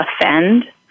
offend